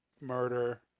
murder